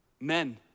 men